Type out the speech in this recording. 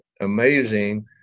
amazing